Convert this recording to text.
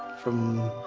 from.